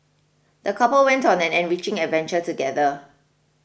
the couple went on an enriching adventure together